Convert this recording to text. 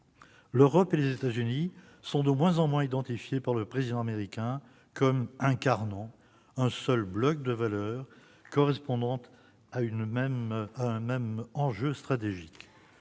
L'Europe et les États-Unis sont de moins en moins identifiés par le président américain comme incarnant un seul bloc de valeurs, réunis autour d'un même enjeu stratégique,